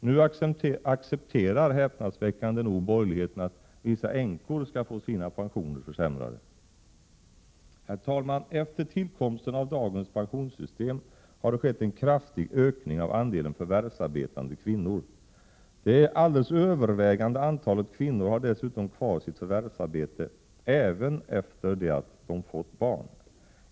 Nu accepterar häpnadsväckande nog borgerligheten att vissa änkor skall få sina pensioner försämrade. Herr talman! Efter tillkomsten av dagens pensionssystem har det skett en kraftig ökning av andelen förvärvsarbetande kvinnor. Det alldeles övervägande antalet kvinnor har dessutom kvar sitt förvärvsarbete även efter det att de fått barn.